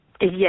Yes